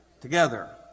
together